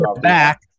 back